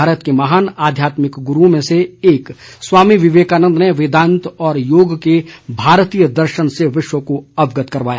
भारत के महान आध्यात्मिक गुरूओं में से एक स्वामी विवेकानन्द ने वेदान्त और योग के भारतीय दर्शन से विश्व को अवगत करवाया